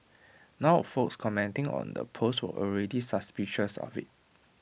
now folks commenting on the post were already suspicious of IT